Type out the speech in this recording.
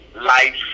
life